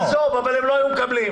אבל הם לא היו מקבלים.